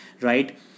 right